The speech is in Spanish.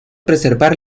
preservar